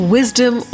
Wisdom